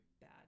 bad